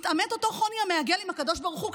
מתעמת אותו חוני המעגל עם הקדוש ברוך הוא,